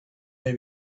had